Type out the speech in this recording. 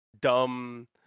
dumb